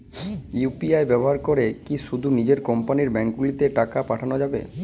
UPI ব্যবহার করে কি শুধু নিজের কোম্পানীর ব্যাংকগুলিতেই টাকা পাঠানো যাবে?